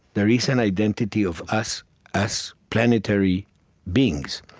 there is an identity of us us planetary beings.